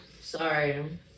sorry